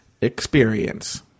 experience